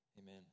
Amen